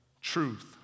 Truth